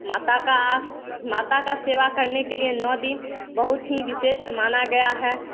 माता का माता का सेवा करने के लिए नौ दिन बहुत ही विशिष्ट माना गया है